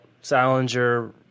Salinger